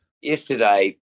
yesterday